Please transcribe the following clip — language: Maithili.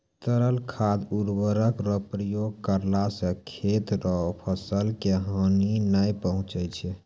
तरल खाद उर्वरक रो प्रयोग करला से खेत रो फसल के हानी नै पहुँचय छै